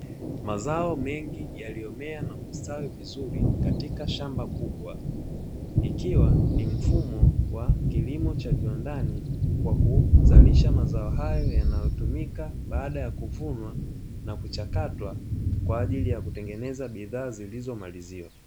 Mazao mengi yaliyomea na kustawi vizuri katika shamba kubwa, ikiwa ni mfumo wa kilimo cha viwandani kwa kuzalisha mazao hayo yanayotumika baada ya kuvunwa, na kuchakatwa kwa ajili ya kutengeneza bidhaa zilizomaliziwa.